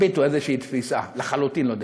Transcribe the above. הביטו, איזושהי תפיסה, לחלוטין לא דמוקרטית.